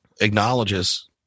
acknowledges